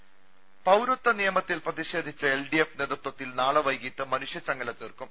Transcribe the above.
ദേഴ പൌരത്വ നിയമത്തിൽ പ്രതിഷേധിച്ച് എൽഡിഎഫ് നേതൃത്വത്തിൽ നാളെ വൈകിട്ട് മനുഷ്യ ശൃംഖല തീർക്കും